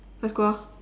let's go ah